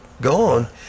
gone